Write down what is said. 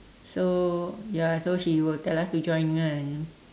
so ya so she will tell us to join kan